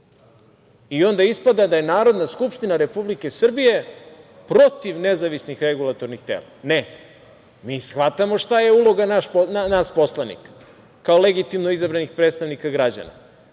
Onda ispada da je Narodna skupština Republike Srbije protiv nezavisnih regulatornih tela. Ne, mi shvatamo šta je uloga nas poslanika kao legitimno izabranih predstavnika građana,